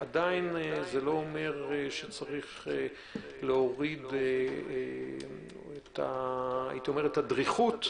עדיין זה לא אומר שצריך להוריד את הדריכות,